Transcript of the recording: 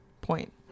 point